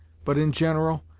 but in general,